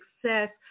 success